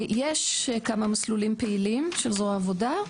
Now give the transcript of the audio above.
יש כמה מסלולים פעילים של זרוע העבודה,